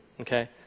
okay